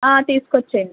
తీసుకొచ్చేయండి